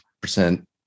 percent